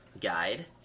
Guide